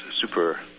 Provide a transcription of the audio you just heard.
super